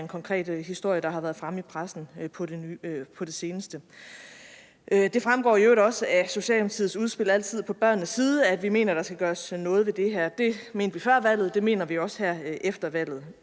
en konkret historie fremme om i pressen på det seneste. Det fremgår i øvrigt også af udspillet, at Socialdemokratiet altid er på børnenes side, og at vi mener, at der skal gøres noget ved det her. Det mente vi før valget, og det mener vi også her efter valget.